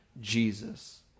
Jesus